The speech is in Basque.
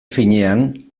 finean